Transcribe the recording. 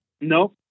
No